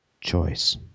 choice